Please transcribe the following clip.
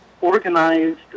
organized